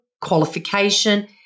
qualification